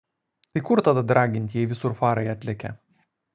tai kur tada draginti jei visur farai atlekia